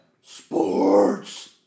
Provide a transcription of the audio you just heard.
Sports